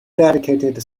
dedicated